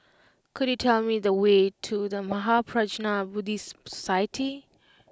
could you tell me the way to The Mahaprajna Buddhist Society